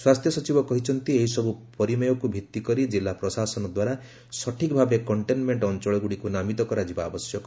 ସ୍ୱାସ୍ଥ୍ୟ ସଚିବ କହିଛନ୍ତି ଏହିସବୁ ପରିମେୟକୁ ଭିତ୍ତି କରି ଜିଲ୍ଲା ପ୍ରଶାସନ ଦ୍ୱାରା ସଠିକ୍ ଭାବେ କଣ୍ଟେନ୍ମେଣ୍ଟନ ଅଞ୍ଚଳଗୁଡ଼ିକୁ ନାମିତ କରାଯିବା ଆବଶ୍ୟକ